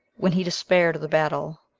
when he despaired of the battle,